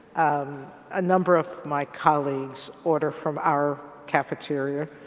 a number of my colleagues order from our cafeteria